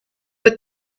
but